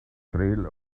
trail